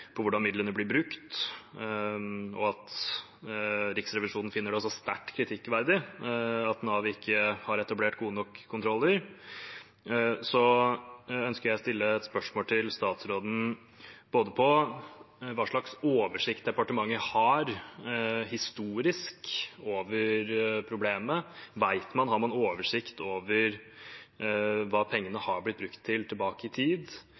på hvordan midlene blir brukt, og Riksrevisjonen finner det sterkt kritikkverdig at Nav ikke har etablert gode nok kontroller, ønsker jeg å stille spørsmål til statsråden om hva slags oversikt departementet har historisk over problemet. Har man oversikt over hva pengene er blitt brukt til tilbake i tid?